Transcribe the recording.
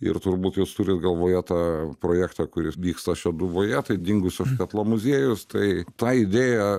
ir turbūt jūs turit galvoje tą projektą kuris vyksta šeduvoje tai dingusios švetlo muziejus tai ta idėja